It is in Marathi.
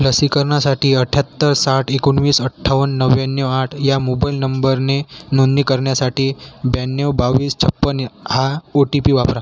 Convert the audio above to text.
लसीकरणासाठी अठ्ठ्याहत्तर साठ एकोणवीस अठ्ठावन्न नव्याण्णव आठ या मोबाइल नंबरने नोंदणी करण्यासाठी ब्याण्णव बावीस छप्पन्न हा ओ टी पी वापरा